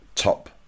top